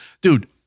dude